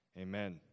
Amen